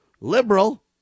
liberal